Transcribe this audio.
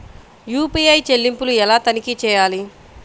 UPI చెల్లింపులు ఎలా తనిఖీ చేయాలి?